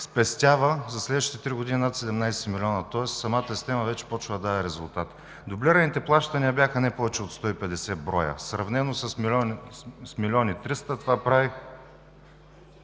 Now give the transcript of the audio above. спестява за следващите три години над 17 милиона. Тоест самата система вече започва да дава резултат. Дублираните плащания бяха не повече от 150 броя. Сравнено с милион и триста, прави